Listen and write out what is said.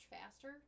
faster